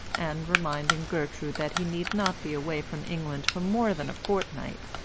and, reminding gertrude that he need not be away from england for more than a fortnight,